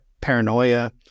paranoia